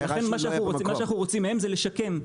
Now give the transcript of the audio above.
נכון, ולכן מה שאנחנו רוצים מהם זה לשקם.